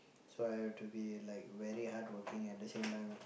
so I have to be like very hardworking at the same time ah